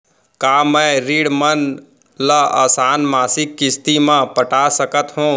का मैं ऋण मन ल आसान मासिक किस्ती म पटा सकत हो?